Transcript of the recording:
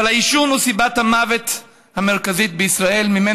אבל העישון הוא סיבת המוות המרכזית בישראל.